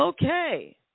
Okay